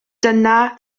dyna